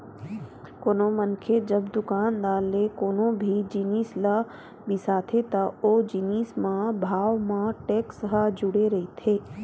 कोनो मनखे जब दुकानदार ले कोनो भी जिनिस ल बिसाथे त ओ जिनिस म भाव म टेक्स ह जुड़े रहिथे